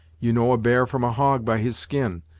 you know a bear from a hog, by his skin,